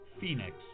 Phoenix